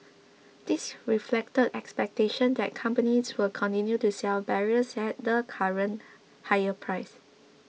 this reflected expectations that companies will continue to sell barrels at the current higher price